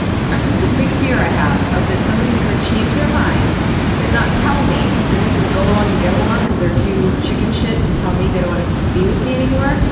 this is a big fear i have that somebody's gonna change their mind but not tell me, they're just gonna go along to get along because they're too chicken shit to tell me they don't wanna be with me anymore,